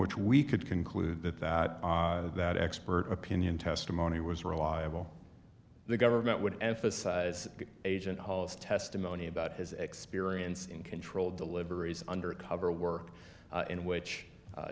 which we could conclude that that that expert opinion testimony was reliable the government would emphasize the agent hall's testimony about his experience in controlled deliveries undercover work in which